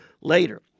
later